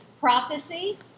Prophecy